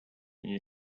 you